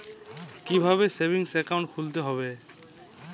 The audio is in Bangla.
কীভাবে সেভিংস একাউন্ট খুলতে হবে?